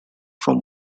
from